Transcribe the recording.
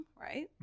right